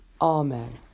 Amen